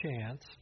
chance